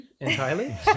entirely